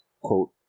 quote